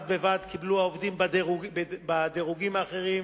בד בבד קיבלו עובדים בדירוגים האחרים